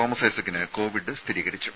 Thomas ഐസക്കിന് Covid സ്ഥിരീകരിച്ചു